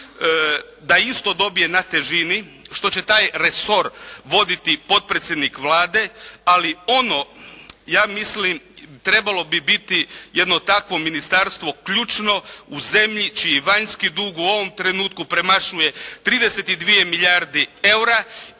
da isto dobije na težini što će taj resor voditi potpredsjednik Vlade, ali ono ja mislim trebalo bi biti jedno takvo ministarstvo ključno u zemlji čiji vanjski dug u ovom trenutku premašuje 32 milijarde